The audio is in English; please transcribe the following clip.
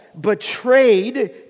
betrayed